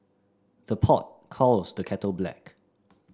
the pot calls the kettle black